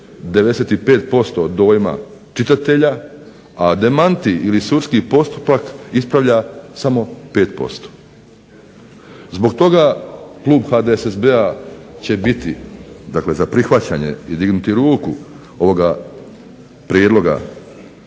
95% dojma čitatelja, a demanti ili sudski postupak ispravlja samo 5% Zbog toga klub HDSSB-a će biti dakle za prihvaćanje i dignuti ruku ovoga prijedloga